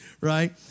right